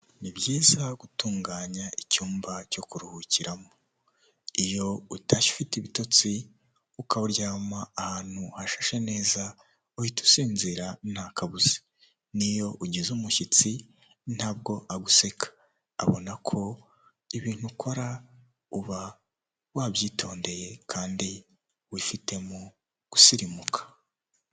Ni byiza gutunganya icyumba cyo kuruhukiramo. Iyo utashye ufite ibitotsi, ukawuryama ahantu hashashe neza uhita usinzira nta kabuza. N'iyo ugize umushyitsi ntabwo aguseka. Abona ko ibintu ukora uba wabyitondeye, kandi wifite mu gusirimuka.